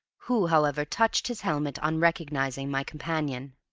who, however, touched his helmet on recognizing my companion.